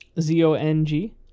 Z-O-N-G